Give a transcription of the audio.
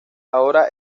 ahora